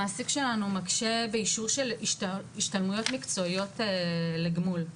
המעסיק שלנו מקשה באישור של השתלמויות מקצועיות לגמול,